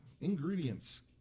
Ingredients